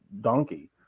donkey